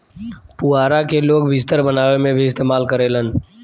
पुआरा के लोग बिस्तर बनावे में भी इस्तेमाल करेलन